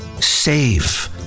Save